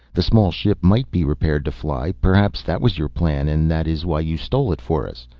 the small ship might be repaired to fly, perhaps that was your plan and that is why you stole it for us.